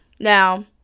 now